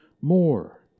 more